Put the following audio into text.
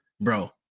bro